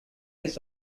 his